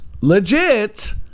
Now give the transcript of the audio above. legit